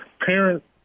Parents